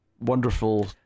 wonderful